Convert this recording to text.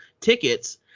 tickets